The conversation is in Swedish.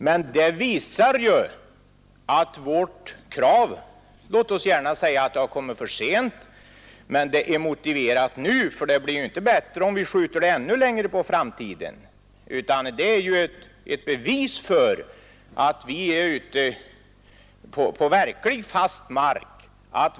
Låt oss gärna säga att vårt krav om utredning har kommit för sent, men vad som ägt rum visar ändå att kravet är motiverat nu. Det blir inte bättre, om vi skjuter det ännu längre på framtiden. Här finns ju ett bevis för att vi är ute på verkligt fast mark.